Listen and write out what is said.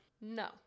no